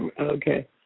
Okay